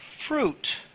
fruit